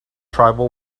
tribal